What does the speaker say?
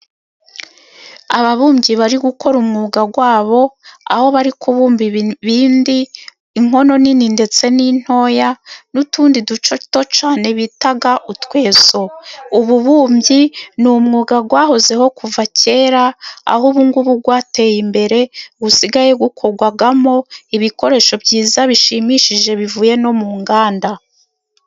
Ababumbyi bari gukora umwuga wabo, aho bari kubumba ibindi, inkono nini, ndetse n'intoya n'utundi duto cyane bita utweso. Ububumbyi ni umwuga wahozeho kuva kera aho ubu ngubu bwateye imbere ,busigaye bukorwamo ibikoresho byiza bishimishije, bivuye no mu nganda.